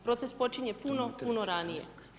Proces počinje puno, puno ranije.